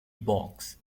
boggs